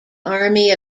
army